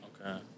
Okay